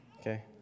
Okay